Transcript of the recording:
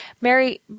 Mary